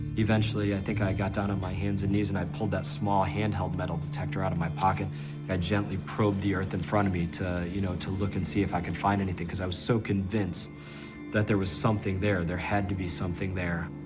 eventually i think i got down on my hands and knees, and i pulled that small handheld metal detector out of my pocket, and i gently probed the earth in front of me to, you know, to look and see if i could find anything because i was so convinced that there was something there. there had to be something there.